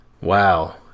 Wow